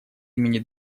имени